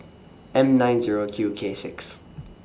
M nine Zero Q K six